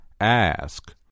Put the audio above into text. Ask